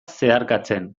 zeharkatzen